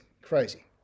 crazy